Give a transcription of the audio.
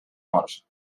morts